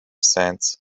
sands